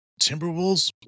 Timberwolves